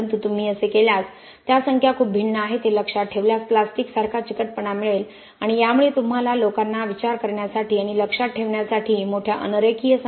परंतु तुम्ही असे केल्यास त्या संख्या खूप भिन्न आहेत हे लक्षात ठेवल्यास प्लॅस्टिक सारखा चिकटपणा मिळेल आणि यामुळे तुम्हाला लोकांना विचार करण्यासाठी आणि लक्षात ठेवण्यासाठी मोठ्या अन रेखीय 23